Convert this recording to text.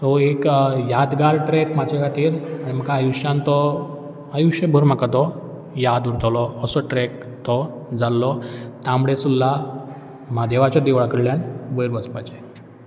so एक यादगार track म्हाजे खातीर आनी म्हाका आयुश्यान तो आयुश्यभर म्हाका तो याद उरतोलो असो ट्रॅक तो जाल्लो तांबडी सुर्ला म्हादेवाच्या देवळा कडल्यान वयर वचपाचें